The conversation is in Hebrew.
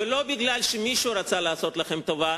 ולא כי מישהו רצה לעשות לכם טובה,